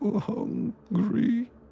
Hungry